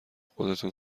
خودتون